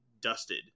dusted